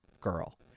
girl